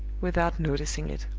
without noticing it.